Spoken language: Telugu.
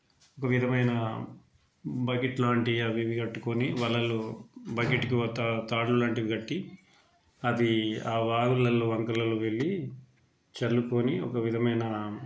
ఒక విధమైన బకెట్ లాంటివి అవి ఇవి కట్టుకొని వలలు బకెట్కి తా తాడు లాంటివి కట్టి అది ఆ వాగులమి వంకలల్లో వెళ్ళీ చల్లుకోని ఒక విధమైన